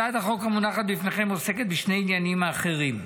הצעת החוק המונחת בפניכם עוסקת בשני העניינים האחרים.